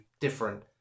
different